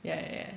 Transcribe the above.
yeah